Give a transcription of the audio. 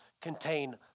Contain